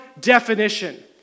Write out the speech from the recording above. definition